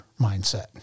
mindset